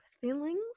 feelings